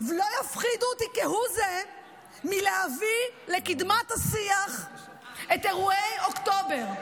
לא יפחידו אותי כהוא זה מלהביא לקדמת השיח את אירועי אוקטובר.